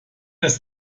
das